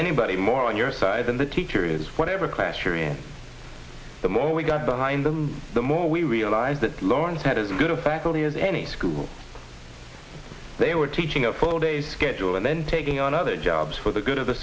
anybody more on your side than the teacher is whatever class shari'a the more we got behind them the more we realized that lawrence had as good a faculty as any school they were teaching a full day's schedule and then taking on other jobs for the good of the